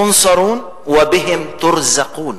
פַבִּהִם תֻּנְצַרוּן וַבִּהִם תֻּרְזַקוּן,